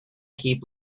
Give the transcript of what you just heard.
keep